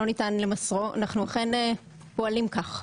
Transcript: שלא ניתן למסרו אנחנו אכן פועלים כך.